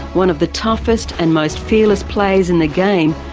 one of the toughest and most fearless players in the game,